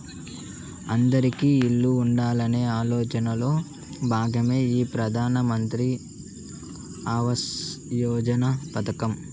అందిరికీ ఇల్లు ఉండాలనే ఆలోచనలో భాగమే ఈ ప్రధాన్ మంత్రి ఆవాస్ యోజన పథకం